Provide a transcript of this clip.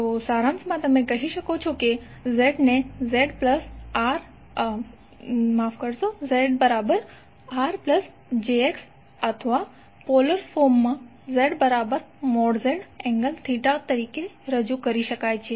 તો સારાંશમાં તમે કહી શકો છો કે Zને ZRjX અથવા પોલર ફોર્મમાં ZZ∠θ તરીકે રજૂ કરી શકાય છે